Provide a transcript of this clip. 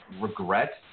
regret